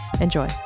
Enjoy